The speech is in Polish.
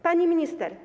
Pani Minister!